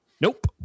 Nope